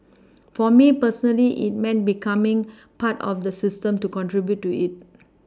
for me personally it meant becoming part of the system to contribute to it